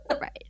right